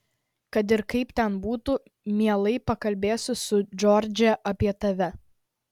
kad ir kaip ten būtų mielai pakalbėsiu su džordže apie tave